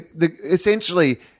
essentially